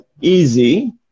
easy